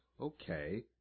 okay